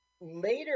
later